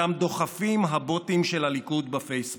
שאותם דוחפים הבוטים של הליכוד בפייסבוק.